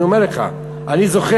אני אומר לך, אני זוכר.